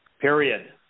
Period